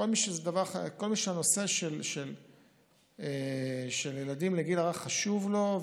כל מי שהנושא של ילדים בגיל הרך חשוב לו,